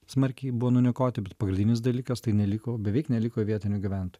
smarkiai buvo nuniokoti bet pagrindinis dalykas tai neliko beveik neliko vietinių gyventojų